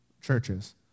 churches